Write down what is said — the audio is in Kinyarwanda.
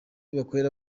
bakorera